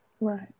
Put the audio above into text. Right